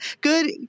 Good